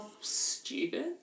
stupid